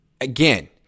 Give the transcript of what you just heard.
again